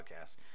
podcast